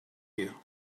you